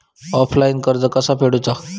Offline कर्ज कसा फेडूचा?